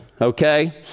okay